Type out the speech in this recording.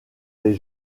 les